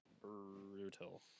brutal